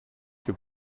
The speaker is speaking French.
que